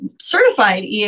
certified